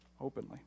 openly